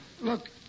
Look